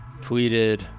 tweeted